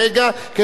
השאלות שלך,